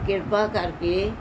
ਕ੍ਰਿਪਾ ਕਰਕੇ